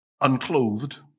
Unclothed